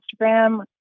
Instagram